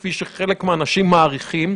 כפי שחלק מאנשים מעריכים,